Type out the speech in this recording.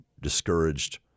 discouraged